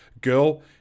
girl